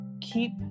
keep